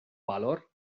valor